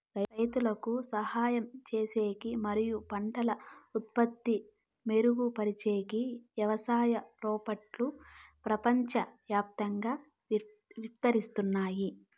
రైతులకు సహాయం చేసేకి మరియు పంటల ఉత్పత్తి మెరుగుపరిచేకి వ్యవసాయ రోబోట్లు ప్రపంచవ్యాప్తంగా విస్తరిస్తున్నాయి